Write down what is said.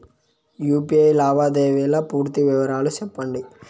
UPI లావాదేవీల పూర్తి వివరాలు సెప్పండి?